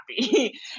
happy